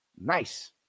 nice